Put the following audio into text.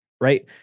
right